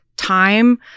Time